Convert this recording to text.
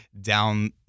down